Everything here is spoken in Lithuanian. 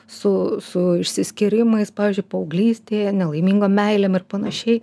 su su išsiskyrimais pavyzdžiui paauglystėje nelaimingom meilėm ir panašiai